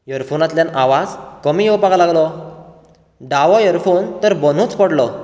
इयरफोनांतल्यान आवाज कमी येवपाक लागलो दावो इयरफोन तर बनूच पडलो